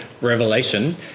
revelation